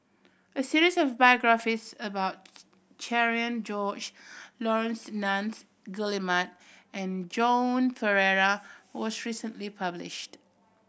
a series of biographies about Cherian George Laurence Nunns Guillemard and Joan Pereira was recently published